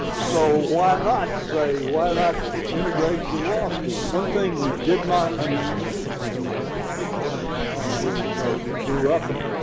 so why not say why not integrate the law school? one thing we did not understand and i don't really know we grew up in it,